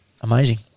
Amazing